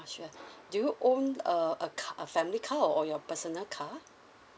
ah sure do you own a a car a family car or your personal car